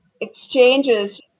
exchanges